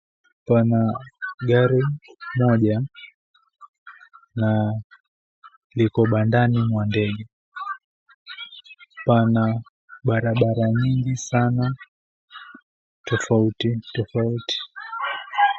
Pana gari moja na liko bandani mwa ndege. Pana barabara nyingi sana tofauti tofauti.